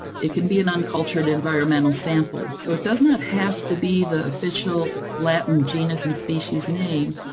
it can be an uncultured environmental sample. so it doesn't have to be the official latin genus and species name,